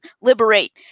liberate